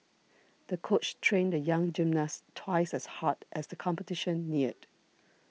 the coach trained the young gymnast twice as hard as the competition neared